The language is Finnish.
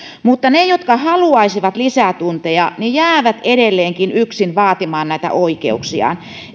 mutta ne jotka haluaisivat lisätunteja jäävät edelleenkin yksin vaatimaan näitä oikeuksiaan